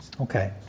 Okay